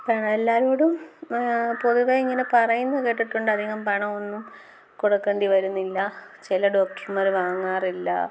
ഇപ്പം എല്ലാവരോടും പൊതുവേ ഇങ്ങനെ പറയുന്നത് കേട്ടിട്ടുണ്ട് അധികം പണമൊന്നും കൊടുക്കേണ്ടി വരുന്നില്ല ചില ഡോക്ടർമാർ വാങ്ങാറില്ല